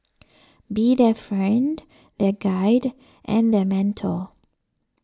be their friend their guide and their mentor